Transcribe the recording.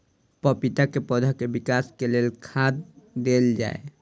पपीता केँ पौधा केँ विकास केँ लेल केँ खाद देल जाए?